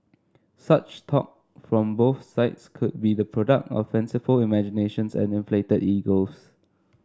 such talk from both sides could be the product of fanciful imaginations and inflated egos